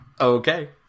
Okay